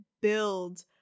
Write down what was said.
build